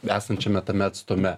esančiame tame atstume